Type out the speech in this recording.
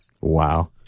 Wow